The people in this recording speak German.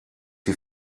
die